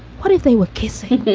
what if they were kissing?